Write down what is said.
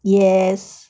yes